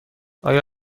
آیا